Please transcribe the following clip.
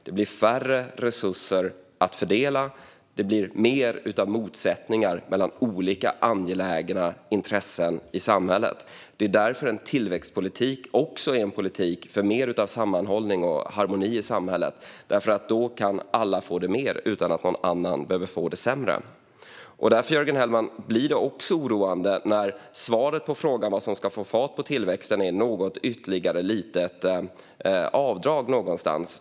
Det blir färre resurser att fördela, och motsättningarna mellan olika angelägna intressen i samhället blir fler. Därför är en tillväxtpolitik också en politik för större sammanhållning och mer harmoni i samhället. Då kan alla få mer utan att någon annan behöver få det sämre. Därför, Jörgen Hellman, är det oroande när svaret på frågan om vad som ska få fart på tillväxten är något ytterligare litet avdrag någonstans.